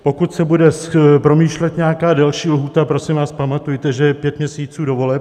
Pokud se bude promýšlet nějaká delší lhůta, prosím vás, pamatujte, že je pět měsíců do voleb.